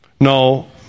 No